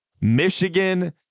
Michigan